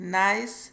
nice